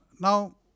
now